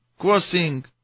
crossing